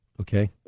Okay